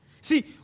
See